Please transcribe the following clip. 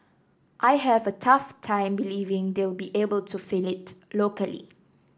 I have a tough time believing they'll be able to fill it locally